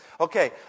Okay